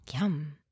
yum